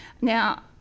Now